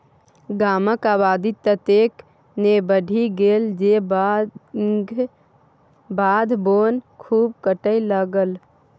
गामक आबादी ततेक ने बढ़ि गेल जे बाध बोन खूब कटय लागल